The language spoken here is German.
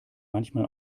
manchmal